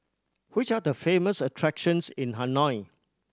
which are the famous attractions in Hanoi